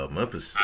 Memphis